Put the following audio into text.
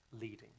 leading